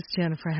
Jennifer